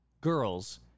girls